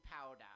powder